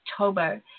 October